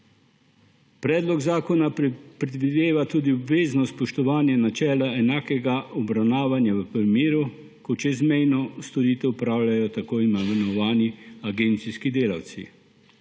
Predlog zakona predvideva tudi obvezno spoštovanje načela enakega obravnavanja v primeru, ko čezmejno storitev opravljajo tako imenovani agencijski delavci,